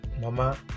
mama